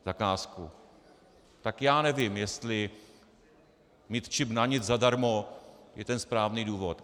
Tak já nevím, jestli mít čip na nic zadarmo je ten správný důvod.